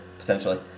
potentially